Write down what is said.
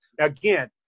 Again